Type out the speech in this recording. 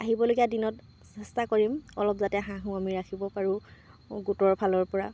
আহিবলগীয়া দিনত চেষ্টা কৰিম অলপ যাতে হাঁহো আমি ৰাখিব পাৰোঁ গোটৰফালৰপৰা